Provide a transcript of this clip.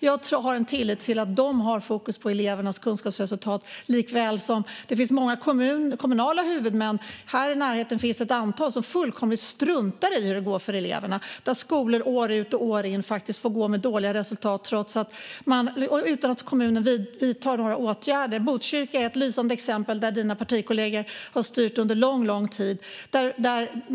Jag har tillit till att de har fokus på elevernas kunskapsresultat. Det finns många kommunala huvudmän - här i närheten finns ett antal - som fullkomligt struntar i hur det går för eleverna. Det finns skolor som år ut och år in får gå med dåliga resultat utan att kommunen vidtar några åtgärder. Botkyrka, där Linus Skölds partikollegor har styrt under mycket lång tid, är ett lysande exempel.